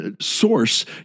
source